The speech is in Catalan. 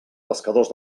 pescadors